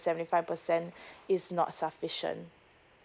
seventy five percent it's not sufficient